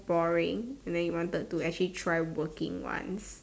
boring and then you wanted to actually try working once